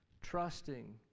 Trusting